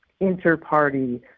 inter-party